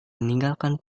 meninggalkan